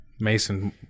Mason